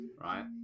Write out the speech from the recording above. right